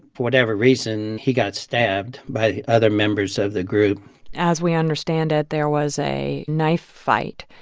for whatever reason, he got stabbed by the other members of the group as we understand it, there was a knife fight.